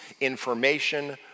information